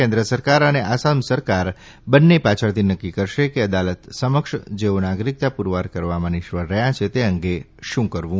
કેન્દ્ર સરકાર અને આસામ સરકાર બંને પાછળથી નક્કી કરશે કે અદાલત સમક્ષ જેઓ નાગરિકતા પુરવાર કરવામાં નિષ્ફળ રહ્યા છે તે અંગે શું કરવું